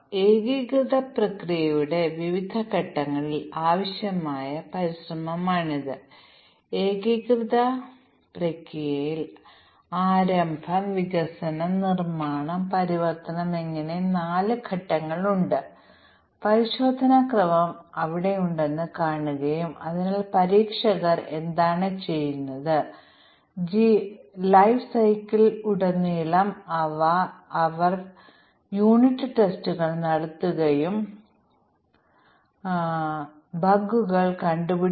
ഈ മൊഡ്യൂളുകൾ ഒരുമിച്ച് ഇന്റേഗ്രേറ്റ് ചെയ്യാൻ നമുക്ക് തീരുമാനിക്കാം തുടർന്ന് ഈ മൊഡ്യൂളുകൾ ശരിയായി പ്രവർത്തിക്കുന്നുണ്ടോയെന്ന് പരിശോധിക്കാം പക്ഷേ ഞങ്ങൾ 4 അല്ലെങ്കിൽ 5 മൊഡ്യൂളുകൾ ഒരു ഘട്ടത്തിൽ ഇന്റേഗ്രേറ്റ് ചെയ്യുകയാണെങ്കിൽ വീണ്ടും ഒരു പ്രശ്നം ഉണ്ടാകും ഒരു ടെസ്റ്റ് കേസ് അപ്പോൾ നമുക്ക് നിരവധി മൊഡ്യൂളുകൾ നോക്കേണ്ടി വരും